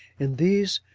in these,